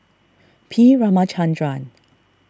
R Ramachandran